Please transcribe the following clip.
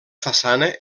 façana